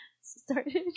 started